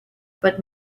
but